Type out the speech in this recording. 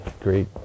great